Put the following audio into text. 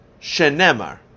Shenemar